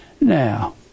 Now